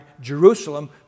Jerusalem